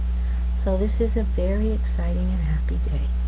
so this is a very exciting and happy day,